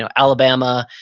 ah alabama,